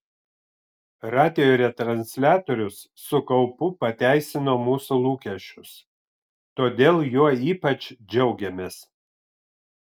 radijo retransliatorius su kaupu pateisino mūsų lūkesčius todėl juo ypač džiaugiamės